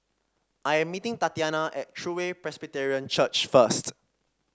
I am meeting Tatyana at True Way Presbyterian Church first